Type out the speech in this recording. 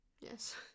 Yes